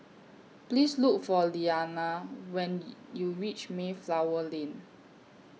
Please Look For Leanna when YOU REACH Mayflower Lane